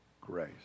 grace